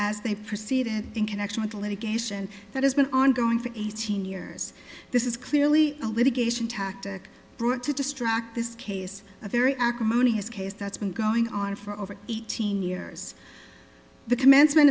as they proceeded in connection with the litigation that has been ongoing for eighteen years this is clearly a litigation tactic brought to distract this case a very acrimonious case that's been going on for over eighteen years the commencement